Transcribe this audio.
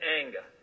anger